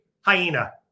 Hyena